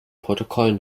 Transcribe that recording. protokoll